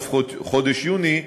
סוף חודש יוני,